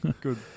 Good